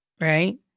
right